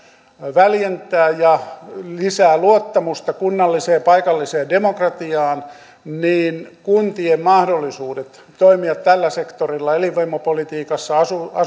väljentää ja lisää luottamusta kunnalliseen paikalliseen demokratiaan niin kuntien mahdollisuudet toimia tällä sektorilla elinvoimapolitiikassa